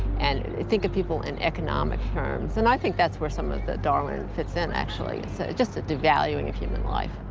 and think of people in economic terms, and i think that's where some of the darwin fits in, actually. it's just a devaluing of human life.